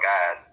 God